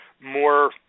more